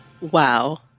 Wow